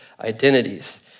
identities